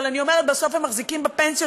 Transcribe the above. אבל אני אומרת: בסוף הם מחזיקים בפנסיות